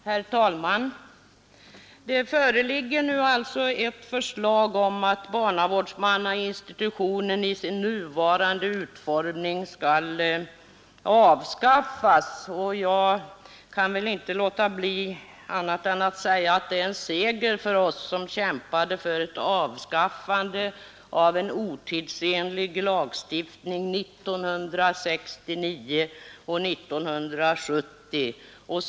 Herr talman! Här föreligger alltså nu ett förslag om att barnavårdsmannainstitutionen i sin nuvarande utformning skall avskaffas, och jag kan inte underlåta att säga att det är en seger för oss som 1969 och 1970 kämpade för avskaffandet av en otidsenlig lagstiftning.